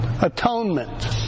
Atonement